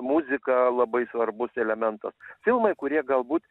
muzika labai svarbus elementas filmai kurie galbūt